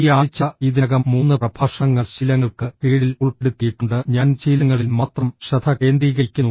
ഈ ആഴ്ച ഇതിനകം മൂന്ന് പ്രഭാഷണങ്ങൾ ശീലങ്ങൾക്ക് കീഴിൽ ഉൾപ്പെടുത്തിയിട്ടുണ്ട് ഞാൻ ശീലങ്ങളിൽ മാത്രം ശ്രദ്ധ കേന്ദ്രീകരിക്കുന്നു